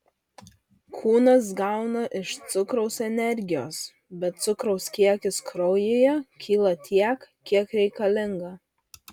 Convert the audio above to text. kūnas gauna iš cukraus energijos bet cukraus kiekis kraujyje kyla tiek kiek reikalinga